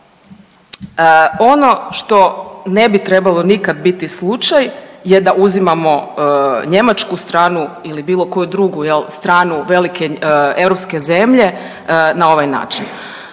Ono što ne bi trebalo nikad biti slučaj je da uzimamo njemačku stranu ili bilo koju drugu, je li, stranu, velike europske zemlje na ovaj način.